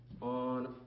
on